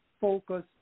focus